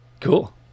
Cool